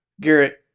Garrett